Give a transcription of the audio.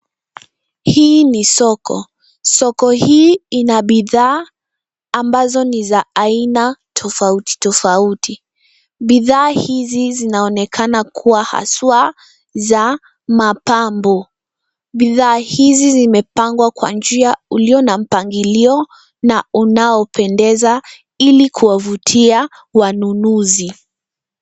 Hii ni soko; soko hii ina bidhaa ambazo ni za aina tofauti, tofauti. Bidhaa hizi zinaonekana kuwa hasa za mapambo. Bidhaa hizi zimepangwa kwa njia ulio na mpangilio na unaopendeza ili kuwavutia wanunuzi.